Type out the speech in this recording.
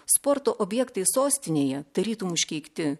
sporto objektai sostinėje tarytum užkeikti